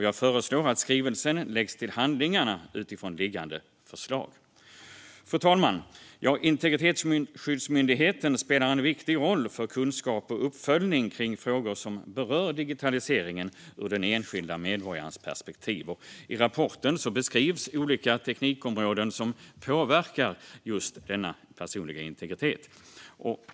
Jag föreslår att skrivelsen läggs till handlingarna utifrån liggande förslag. Fru talman! Integritetsskyddsmyndigheten spelar en viktig roll för kunskap och uppföljning kring frågor som berör digitaliseringen ur den enskilda medborgarens perspektiv. I rapporten beskrivs olika teknikområden som påverkar just denna personliga integritet.